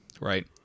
Right